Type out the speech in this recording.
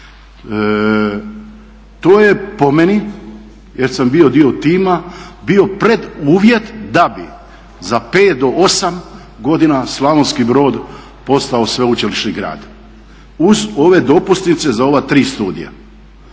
To je po meni jer sam bio dio tima, bio preduvjet da bi za pet do osam godina Slavonski Brod postao sveučilišni grad uz ove dopusnice za ova tri studija.